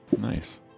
Nice